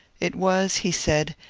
it was, he said,